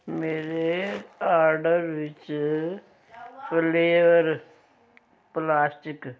ਮੇਰੇ ਆਰਡਰ ਵਿੱਚ flare plastic